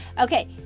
Okay